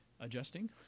adjusting